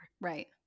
Right